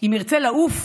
אם ירצה לעוף,